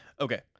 Okay